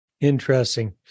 interesting